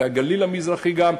והגליל המזרחי גם,